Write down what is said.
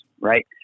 right